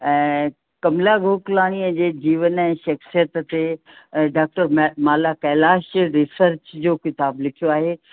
ऐं कमला गोकलाणी जे जीवन जे शिक्षित ते डॉक्टर माला कैलाश रिसर्च जो किताबु लिखियो